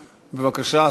בבקשה.